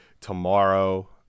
tomorrow